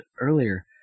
earlier